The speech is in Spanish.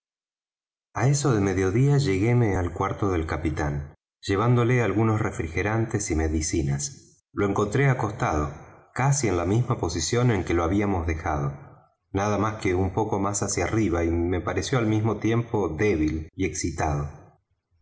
á eso de medio día lleguéme al cuarto del capitán llevándole algunos refrigerantes y medicinas lo encontré acostado casi en la misma posición en que lo habíamos dejado nada más que un poco más hacia arriba y me pareció al mismo tiempo débil y excitado